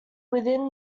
within